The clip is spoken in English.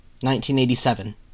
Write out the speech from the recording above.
1987